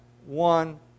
One